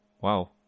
Wow